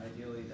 ideally